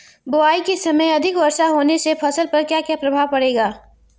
बुआई के समय अधिक वर्षा होने से फसल पर क्या क्या प्रभाव पड़ेगा?